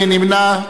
מי נמנע?